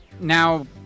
now